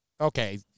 Okay